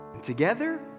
Together